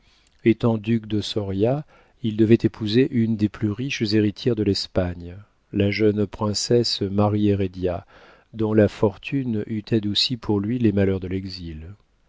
étant duc de soria il devait épouser une des plus riches héritières de l'espagne la jeune princesse marie hérédia dont la fortune eût adouci pour lui les malheurs de l'exil